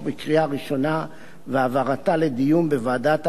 ראשונה והעברתה לדיון בוועדת העבודה,